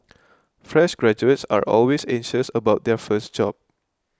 fresh graduates are always anxious about their first job